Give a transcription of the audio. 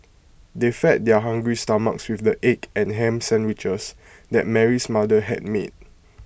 they fed their hungry stomachs with the egg and Ham Sandwiches that Mary's mother had made